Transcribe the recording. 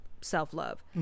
self-love